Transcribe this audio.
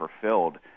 fulfilled